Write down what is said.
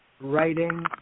writing